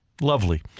Lovely